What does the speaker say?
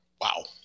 Wow